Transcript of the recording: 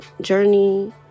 journey